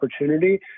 opportunity